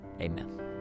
amen